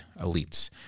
elites